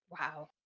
Wow